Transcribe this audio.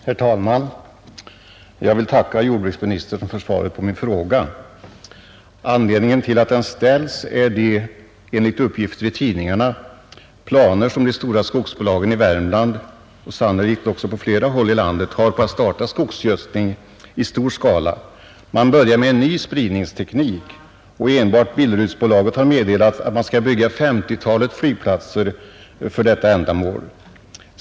15 april 1971 Herr talman! Jag vill tacka jordbruksministern för svaret på minfråga,. ——— Anledningen till att den ställts är de planer — enligt uppgifter i Om förbud mot viss tidningarna — som de stora skogsbolagen i Värmland och sannolikt också skogsgödsling på flera andra håll i landet har på att starta skogsgödsling i stor skala. Man börjar med en ny spridningsteknik, och enbart Billerudsbolaget har meddelat att man skall bygga femtiotalet flygplatser för detta ändamål.